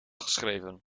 geschreven